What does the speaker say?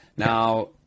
Now